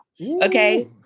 okay